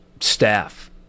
staff